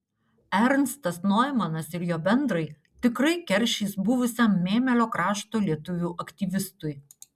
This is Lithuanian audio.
ernstas noimanas ir jo bendrai tikrai keršys buvusiam mėmelio krašto lietuvių aktyvistui